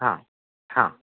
हां हां